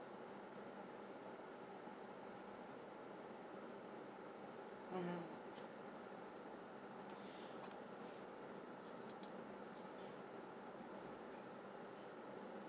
(uh huh)